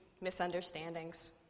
misunderstandings